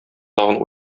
тагын